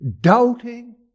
doubting